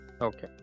Okay